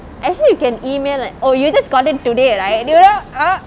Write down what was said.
actually you can email and oh you just got it today right you know uh